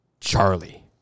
Charlie